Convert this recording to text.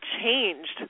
changed